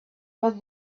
but